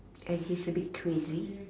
and he's a bit crazy